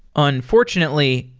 unfortunately,